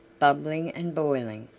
bubbling and boiling,